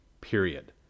period